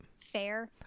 fair